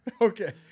Okay